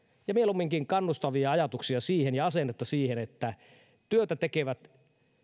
ja mieluumminkin kannustavia ajatuksia ja asennetta siihen että työtä tekevät